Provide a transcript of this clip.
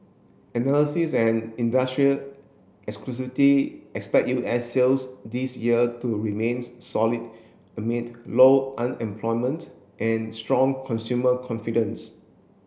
analysis and industrial expect U S sales this year to remains solid amid low unemployment and strong consumer confidence